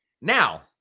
now